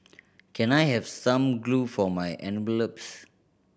can I have some glue for my envelopes